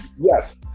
Yes